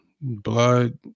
blood